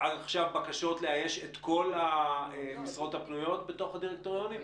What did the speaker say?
בקשות לאייש את כל המשרות הפנויות בתוך הדירקטוריונים?